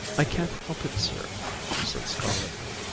i can't help it, sir she said stolidly.